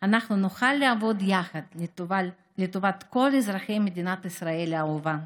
אנחנו נוכל לעבוד יחד לטובת כל אזרחי מדינת ישראל האהובה,